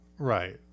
right